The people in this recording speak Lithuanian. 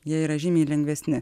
jie yra žymiai lengvesni